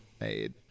made